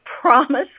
promise